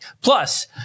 Plus